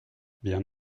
bien